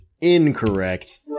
incorrect